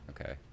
Okay